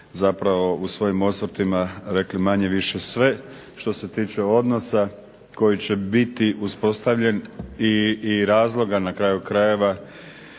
zapravo u svojim osvrtima rekli manje-više sve što se tiče odnosa koji će biti uspostavljen i razloga na kraju krajeva